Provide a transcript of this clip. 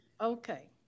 Okay